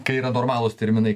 kai yra normalūs terminai